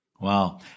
Wow